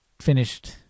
finished